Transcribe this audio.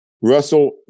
Russell